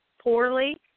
poorly